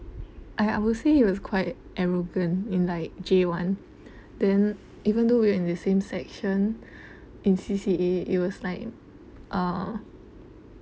I would say he was quite arrogant in like J one then even though we were in the same section in C_C_A it was like uh